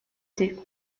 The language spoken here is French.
thé